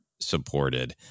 Supported